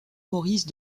maurice